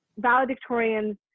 valedictorians